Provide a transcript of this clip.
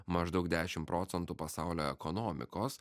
maždaug dešim procentų pasaulio ekonomikos